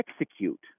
execute